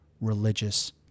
religious